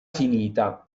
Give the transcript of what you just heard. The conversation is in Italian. finita